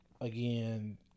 again